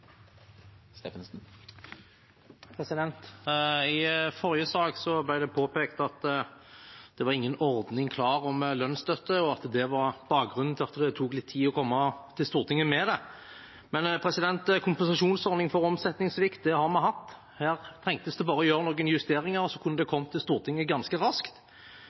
I forrige sak ble det påpekt at det var ingen ordning klar for lønnsstøtte, og at det var bakgrunnen for at det tok litt tid å komme til Stortinget med det, men kompensasjonsordning for omsetningssvikt har vi hatt. Her trengtes det bare å gjøre noen justeringer, og så kunne det kommet til behandling i Stortinget ganske raskt.